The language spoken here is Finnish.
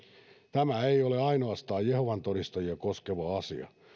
tämä ei ole ainoastaan jehovan todistajia koskeva asia